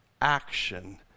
action